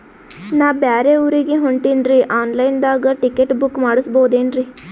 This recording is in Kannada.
ನಾ ಬ್ಯಾರೆ ಊರಿಗೆ ಹೊಂಟಿನ್ರಿ ಆನ್ ಲೈನ್ ದಾಗ ಟಿಕೆಟ ಬುಕ್ಕ ಮಾಡಸ್ಬೋದೇನ್ರಿ?